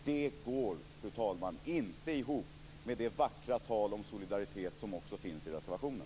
Det går, fru talman, inte ihop med det vackra tal om solidaritet som också finns i reservationen.